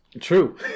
True